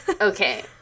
Okay